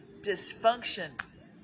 Dysfunction